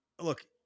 Look